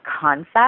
concept